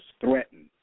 threatened